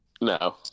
no